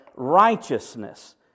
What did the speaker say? righteousness